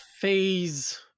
phase